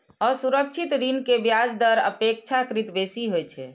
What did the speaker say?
असुरक्षित ऋण के ब्याज दर अपेक्षाकृत बेसी होइ छै